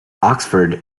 oxford